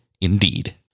Indeed